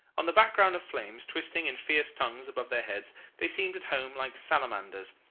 on the background of flames twisting in fierce tongues above their heads they seemed at home like salamanders,